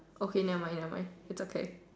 okay never mind never mind is okay